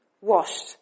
washed